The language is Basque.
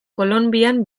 kolonbian